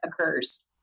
occurs